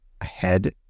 ahead